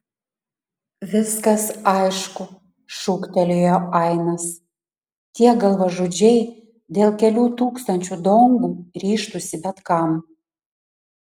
viskas aišku šūktelėjo ainas tie galvažudžiai dėl kelių tūkstančių dongų ryžtųsi bet kam